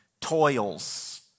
toils